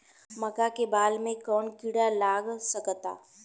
मका के बाल में कवन किड़ा लाग सकता?